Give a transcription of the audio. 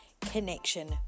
connection